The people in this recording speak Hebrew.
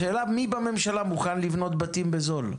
השאלה מי בממשלה מוכן לבנות בתים בזול.